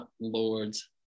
Lords